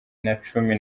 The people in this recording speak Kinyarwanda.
nacumi